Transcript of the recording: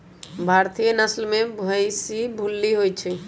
भारतीय नसल में भइशी भूल्ली होइ छइ